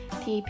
thì